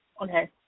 Okay